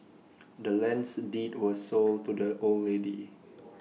the land's deed was sold to the old lady